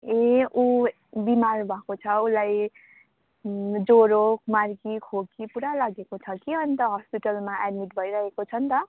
ए ऊ बिमार भएको छ उसलाई ज्वरो मार्गी खोकी पुरा लागेको छ कि अन्त हस्पिटलमा एड्मिट भइरहेको छ नि त